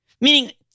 meaning